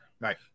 Right